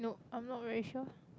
I'm not very sure